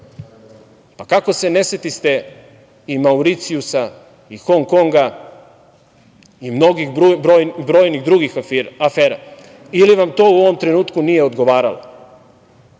pa kako se ne setiste i Mauricijusa, i Hong Konga i mnogih drugih afera ili vam to u ovom trenutku nije odgovaralo,